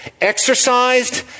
exercised